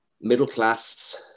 middle-class